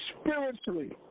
spiritually